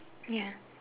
ya